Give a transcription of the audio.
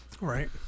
right